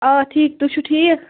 آ ٹھیٖک تُہۍ چھُو ٹھیٖک